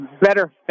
better